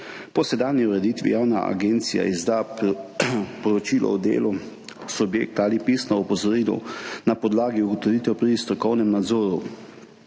Po sedanji ureditvi javna agencija izda poročilo o delu subjekta ali pisno opozorilo na podlagi ugotovitev pri strokovnem nadzoru.